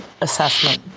assessment